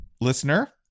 Listener